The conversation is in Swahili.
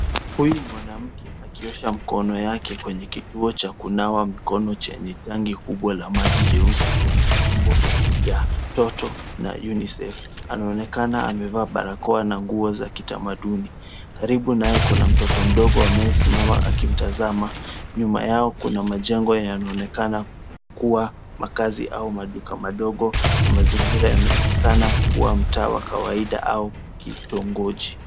Huyu ni mwanamke akiosha mkono wake kwenye kituo cha kunawa mkono chenye tanki kubwa la maji jeusi lenye nembo ya Toto na Unicef. Anonekana amevaa barakoa na nguo za kitamaduni. karibu naye, kuna mtoto mdogo aliyesimama akimtazama. Nyuma yao kuna majengo yanayoonekana kuwa makazi au maduka madogo, na mazingira yanonekana kuwa mtaa wa kawaida au kitongoji.